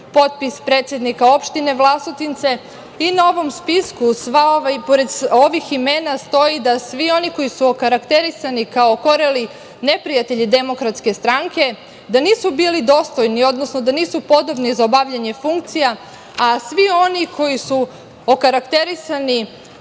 potpis predsednika opštine Vlasotince i na ovom spisku i pored ovih imena stoji da svi oni koji su okarakterisani kao okoreli neprijatelji DS da nisu bili dostojni, odnosno da nisu podobni za obavljanje funkcija, a svi oni koju okarakterisani